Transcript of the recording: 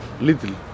Little